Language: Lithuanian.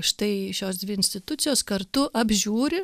štai šios dvi institucijos kartu apžiūri